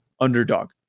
Underdog